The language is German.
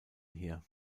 hier